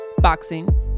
boxing